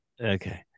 Okay